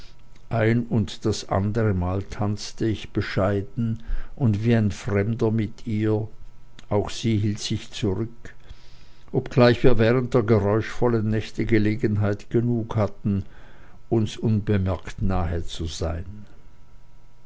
ein und das andere mal tanzte ich bescheiden und wie ein fremder mit ihr und auch sie hielt sich zurück obgleich wir während der geräuschvollen nachte gelegenheit genug hatten uns unbemerkt nahe zu sein